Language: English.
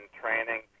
training